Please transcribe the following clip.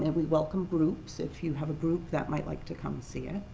and we welcome groups, if you have a group that might like to come see it.